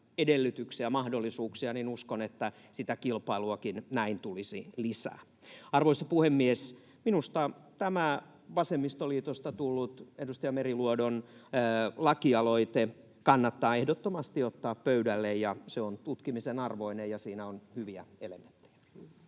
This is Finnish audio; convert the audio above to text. edellytyksiä, mahdollisuuksia, niin uskon, että sitä kilpailuakin näin tulisi lisää. Arvoisa puhemies! Minusta tämä vasemmistoliitosta tullut edustaja Meriluodon lakialoite kannattaa ehdottomasti ottaa pöydälle. Se on tutkimisen arvoinen, ja siinä on hyviä elementtejä.